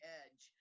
edge